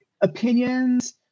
opinions